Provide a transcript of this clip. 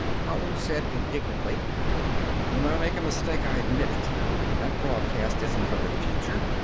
howell said indignantly when i make a mistake i admit it! that broadcast isn't from the future!